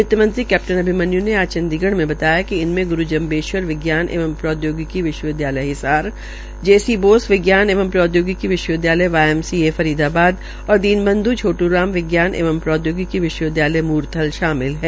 वित मंत्री कैप्टन अभिमन्य् ने आज चंडीगढ़ में बताया कि इनमें ग्रु जम्भेश्वर विज्ञान एवं प्रौद्योगिकी विश्वविद्यालय हिसार जेसी बोस विज्ञान एवं प्रौद्योगिकी विश्वविद्यालय वाईएमसीए फरीदाबाद और दीनबंध् छोटू राम विज्ञान एवं प्रौद्योगिकी विश्वविद्यालय म्रथल शामिल हैं